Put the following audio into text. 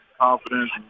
confidence